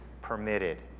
permitted